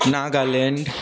Nagaland